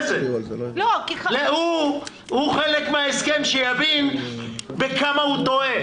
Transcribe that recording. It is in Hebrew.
הוא חלק מההסכם, שיבין כמה הוא טועה.